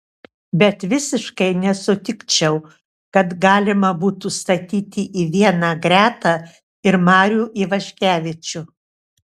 bet visiškai nesutikčiau kad galima būtų statyti į vieną gretą ir marių ivaškevičių